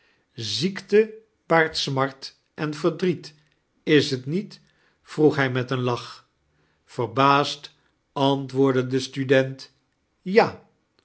ziekte baart smart en verdriet is t niet vroeg hij met een lach verbaasd antwoordde de student ja